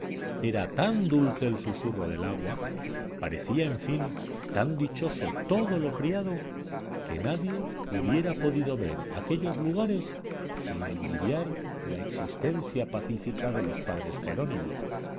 era tan dulce el susurro del agua parecía en fin tan dichoso todo lo criado que nadie hubiera podido ver aquellos lugares sin envidiar la existencia pacífica de los padres jerónimos